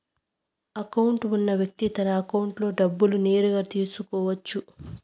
account ఉన్న వ్యక్తి తన అకౌంట్లో డబ్బులు నేరుగా తీసుకోవచ్చు